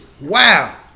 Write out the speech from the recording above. Wow